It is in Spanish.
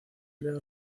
leo